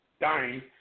dying